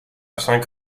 cinq